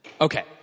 Okay